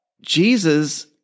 Jesus